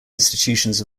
institutions